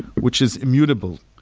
which is immutable.